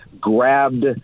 grabbed